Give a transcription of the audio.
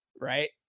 Right